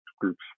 groups